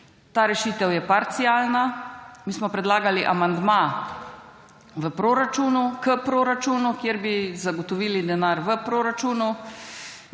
Ta rešitev je parcialna. Mi smo predlagali amandma v proračunu, k proračunu, kjer bi zagotovili denar v proračunu,